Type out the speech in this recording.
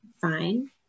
fine